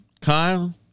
Kyle